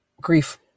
grief